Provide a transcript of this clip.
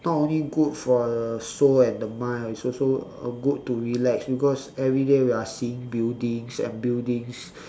not only good for the soul and the mind ah it's also uh good to relax because everyday we are seeing buildings and buildings